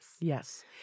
Yes